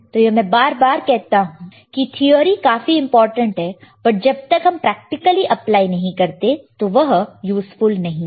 तो यह मैं बार बार कहता हूं कि थिअरी काफी इंपोर्टेंट है पर जब तक हम उसे प्रैक्टिकली अप्लाई नहीं करते हैं तो वह यूज़फुल नहीं है